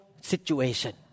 situation